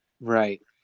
Right